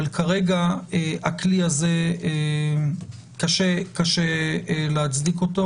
אבל כרגע קשה להצדיק את הכלי הזה.